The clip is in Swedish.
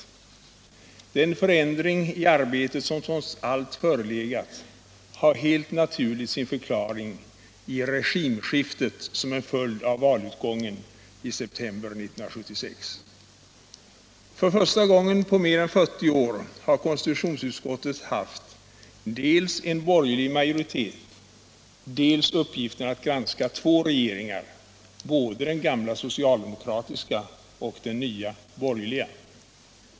24 maj 1977 Den förändring i arbetet som trots allt förelegat har helt naturligt sin förklaring i regimskiftet som en följd av valutgången i september 1976. - Granskning av För första gången på mer än 40 år har konstitutionsutskottet haft dels — statsrådens en borgerlig majoritet, dels uppgiften att granska två regeringar, både tjänsteutövning den gamla socialdemokratiska och den nya borgerliga.